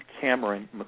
Cameron